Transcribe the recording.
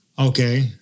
Okay